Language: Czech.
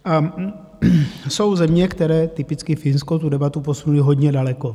A jsou země, které typicky Finsko tu debatu posunuly hodně daleko.